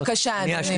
בבקשה, אדוני.